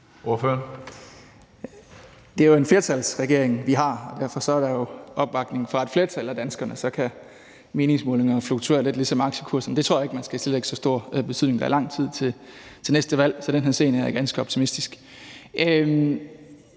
Det er en flertalsregering, vi har, og derfor er der jo opbakning fra et flertal af danskerne. Så kan meningsmålingerne fluktuere lidt ligesom aktiekurserne, og det tror jeg ikke man skal tillægge så stor betydning. Der er lang tid til næste valg, så i den henseende er jeg ganske optimistisk.